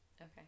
Okay